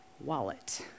wallet